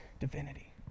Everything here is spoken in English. Divinity